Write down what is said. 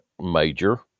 major